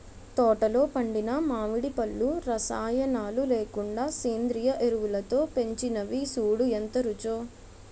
తోటలో పండిన మావిడి పళ్ళు రసాయనాలు లేకుండా సేంద్రియ ఎరువులతో పెంచినవి సూడూ ఎంత రుచో